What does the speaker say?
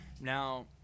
Now